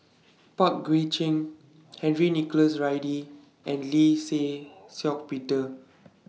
Pang Guek Cheng Henry Nicholas Ridley and Lee Shih Shiong Peter